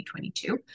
2022